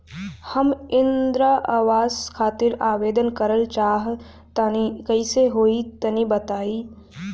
हम इंद्रा आवास खातिर आवेदन करल चाह तनि कइसे होई तनि बताई?